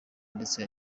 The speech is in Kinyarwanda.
ndetse